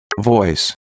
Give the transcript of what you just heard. Voice